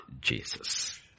Jesus